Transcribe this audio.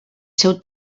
seu